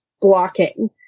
blocking